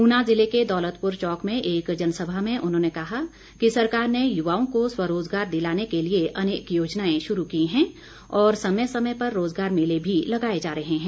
ऊना ज़िले के दौलतपुर चौक में एक जनसभा में उन्होंने कहा कि सरकार ने युवाओं को स्वरोज़गार दिलाने के लिए अनेक योजनाएं शुरू की हैं और समय समय पर रोज़गार मेले भी लगाए जा रहे हैं